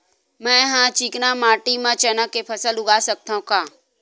मै ह चिकना माटी म चना के फसल उगा सकथव का?